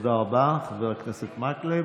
תודה רבה, חבר הכנסת מקלב.